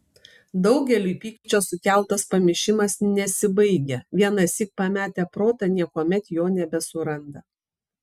daugeliui pykčio sukeltas pamišimas nesibaigia vienąsyk pametę protą niekuomet jo nebesuranda